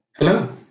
Hello